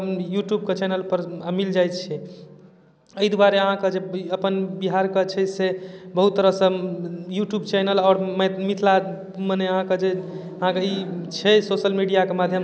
कै लेबै कै कऽ रखला कऽ बाद छै तेकर बाद फेर ओ होइत छै तऽ ओएहमे फेर लगि गेलहुँ आ तहन तऽ भऽ गेल ओतबा काज रहल तऽ ओतबा माले जालमे लागल रहलहुँ माले जालके काज करैत रहलहुँ आ नहि दोसर काज रहैत छै तहन दोसर काजमे चलि गेलहुँ तऽ दोसरो काज कै लेलहुँ